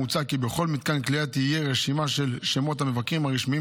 מוצע כי בכל מתקן כליאה תהיה רשימה של שמות המבקרים הרשמיים